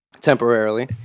temporarily